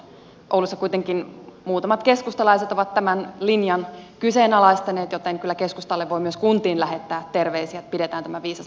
oulussa kuitenkin muutamat keskustalaiset ovat tämän linjan kyseenalaistaneet joten kyllä keskustalle voi myös kuntiin lähettää terveisiä että pidetään tämä viisas maapolitiikan linja